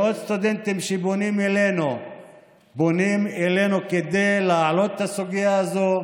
מאות סטודנטים פונים אלינו כדי להעלות את הסוגיה הזאת.